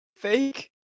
fake